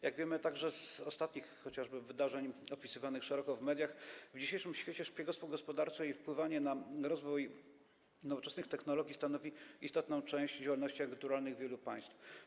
Jak wiemy, z ostatnich chociażby wydarzeń opisywanych szeroko w mediach, w dzisiejszym świecie szpiegostwo gospodarcze i wpływanie na rozwój nowoczesnych technologii stanowi istotną część działalności agenturalnej wielu państw.